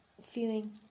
feeling